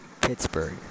Pittsburgh